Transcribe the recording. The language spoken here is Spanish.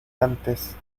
antes